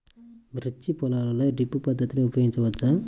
మిర్చి పొలంలో డ్రిప్ పద్ధతిని ఉపయోగించవచ్చా?